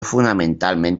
fonamentalment